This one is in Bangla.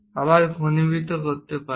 আবার ঘনীভূত করতে হবে